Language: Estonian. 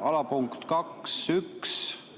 on punkt 2.1,